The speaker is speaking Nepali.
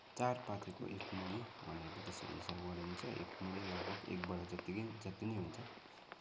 चार पाथीको एक मुरी भनेर त्यसरी हिसाब गरिन्छ एक मुरी लगभग एक बोरा जत्तिकै जत्ति नै हुन्छ